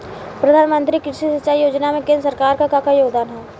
प्रधानमंत्री कृषि सिंचाई योजना में केंद्र सरकार क का योगदान ह?